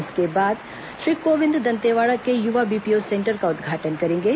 इसके बाद श्री कोविंद दंतेवाड़ा के युवा बीपीओ सेंटर का उदघाटन करेंगे